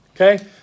okay